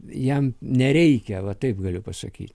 jam nereikia va taip galiu pasakyt